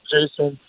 Jason